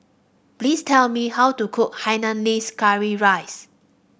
please tell me how to cook Hainanese Curry Rice